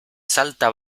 salta